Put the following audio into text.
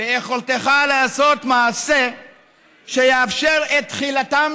ביכולתך לעשות מעשה שיאפשר את תחילתם